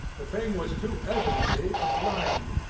the thing was too evidently a blind.